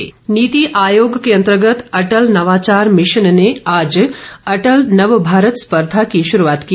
नीति आयोग नीति आयोग के अंतर्गत अटल नवाचार मिशन ने आज अटल नवभारत स्पर्धा की शुरुआत की